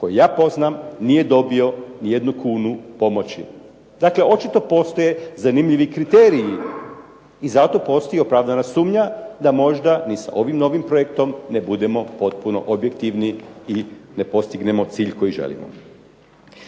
koje ja poznam nije dobio ni jednu kunu pomoći. Dakle, očito postoje zanimljivi kriteriji i zato postoji i opravdana sumnja da možda ni sa ovim novim projektom ne budemo potpuno objektivni i ne postignemo cilj koji želimo.